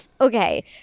Okay